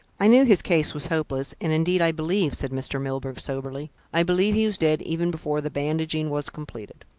i knew his case was hopeless, and indeed i believe, said mr. milburgh soberly, i believe he was dead even before the bandaging was completed.